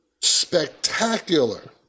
spectacular